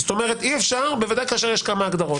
זאת אומרת, אי-אפשר, בוודאי כאשר יש כמה הגדרות.